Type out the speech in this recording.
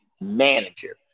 manager